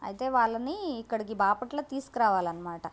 అయితే వాళ్ళని ఇక్కడ బాపట్ల తీసుకురావాలి అన్నమాట